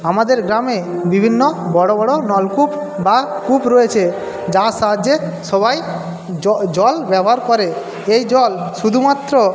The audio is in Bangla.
আমাদের গ্রামে বিভিন্ন বড়ো বড়ো নলকূপ বা কূপ রয়েছে যার সাহায্যে সবাই জল ব্যবহার করে এই জল শুধুমাত্র